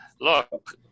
Look